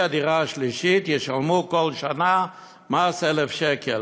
מהדירה השלישית ישלמו כל שנה מס של 1,000 שקל.